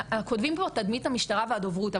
כותבים פה תדמית המשטרה והדוברות,